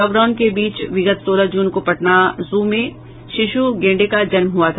lockdown के बीच विगत सोलह जून को पटना जू में शिशु गैंडे का जन्म हुआ था